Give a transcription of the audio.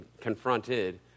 confronted